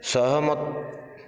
ସହମତ